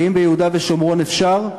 ואם ביהודה ושומרון אפשר,